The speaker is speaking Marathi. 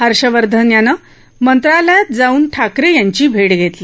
हर्षवर्धन यानं मंत्रालयात जाऊन ठाकरे यांची भेट घेतली